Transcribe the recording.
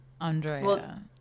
Andrea